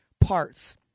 parts